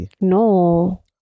No